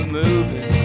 moving